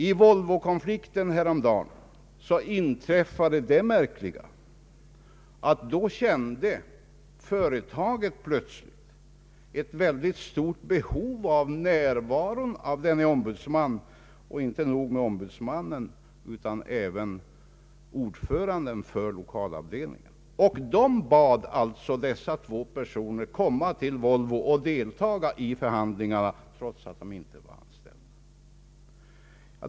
I Volvokonflikten härom dagen inträffade det märkliga att företaget plötsligt kände ett mycket stort behov av närvaron av inte endast denne ombudsman utan även ordföranden för l1okalavdelningen. Man bad dessa två personer att komma till Volvo och delta i förhandlingarna trots att de inte var anställda.